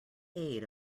aid